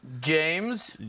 James